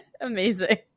Amazing